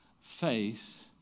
face